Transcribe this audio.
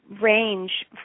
range